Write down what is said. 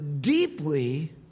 deeply